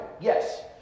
yes